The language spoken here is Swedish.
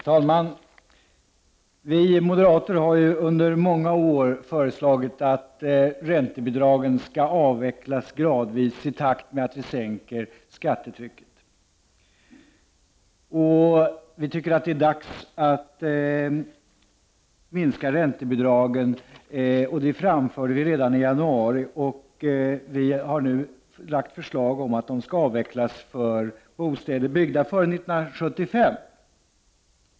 Fru talman! Vi moderater har under många år föreslagit att räntebidragen skall avvecklas gradvis i takt med att man sänker skattetrycket. Vi tycker att det är dags att minska räntebidragen. Det framförde vi redan i januari. Vi har därför lagt fram förslag att de skall avvecklas för bostäder byggda före 1975.